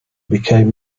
became